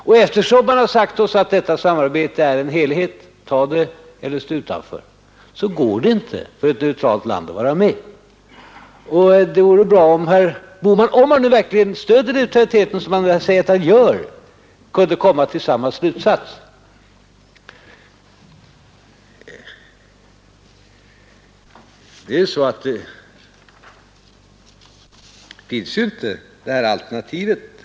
Och eftersom man sagt oss att detta samarbete är en helhet — ta det eller 79 stå utanför — så går det inte för ett neutralt land att vara med. Det vore bra om herr Bohman, därest han verkligen stöder neutraliteten som han säger att han gör, kunde komma till samma slutsats. Det finns ju inte, det här borgerliga alternativet.